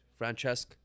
Francesc